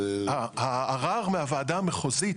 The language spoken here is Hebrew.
אה, הערר מהוועדה המחוזית,